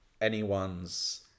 anyone's